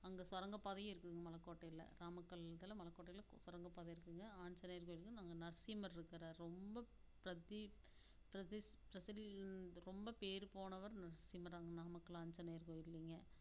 அங்கே சுரங்க பாதையும் இருக்குதுங்க மலக்கோட்டையில் நாமக்கல் மலக்கோட்டையில் சுரங்க பாதை இருக்குதுங்க ஆஞ்சநேயர் கோயில்ங்க அங்கே நரசிம்மர் இருக்கிறார் ரொம்ப பிரதி பிரதிஷ் ரொம்ப பேர் போனவர் நரசிம்மர் அந்த நாமக்கல் ஆஞ்சநேயர் கோயில்லிங்க